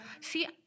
See